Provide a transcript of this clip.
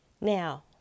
Now